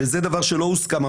וזה דבר שלא הוסכם,